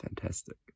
fantastic